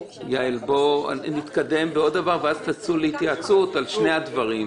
בואו נתקדם בעוד דבר ואז תצאו להתייעצות לגבי שני הנושאים.